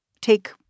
Take